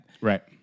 Right